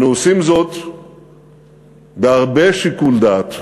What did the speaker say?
אנו עושים זאת בהרבה שיקול דעת,